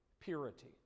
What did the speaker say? purity